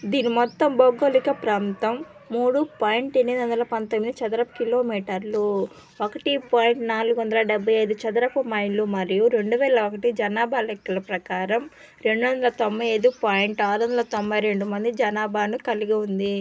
దీని మొత్తం భౌగోళిక ప్రాంతం మూడు పాయింట్ ఎనిమిది వందల పంతొమ్మిది చదరపు కిలోమీటర్లు ఒకటి పాయింట్ నాలుగు వందల డెబ్భై ఐదు చదరపు మైళ్ళు మరియు రెండు వేల ఒకటి జనాభా లెక్కల ప్రకారం రెండు వందల తొంభై ఐదు పాయింట్ ఆరు వందల తొంభై రెండు మంది జనాభాను కలిగి ఉంది